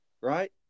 right